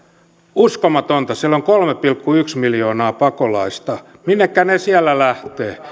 uskomatonta siellä on kolme pilkku yksi miljoonaa pakolaista minnekä he sieltä lähtevät